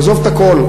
עזוב את הכול.